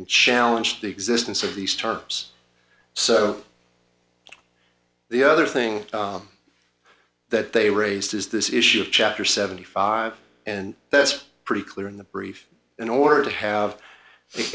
and challenge the existence of these terms so the other thing that they raised is this issue of chapter seventy five and that's pretty clear in the brief in order to have